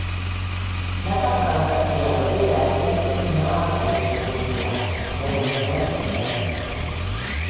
nepakanka prielaidų vertinti narvoišo veiklą organizuojant piketą